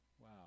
wow